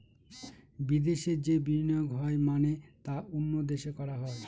বিদেশে যে বিনিয়োগ হয় মানে তা অন্য দেশে করা হয়